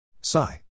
Sigh